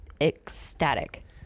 ecstatic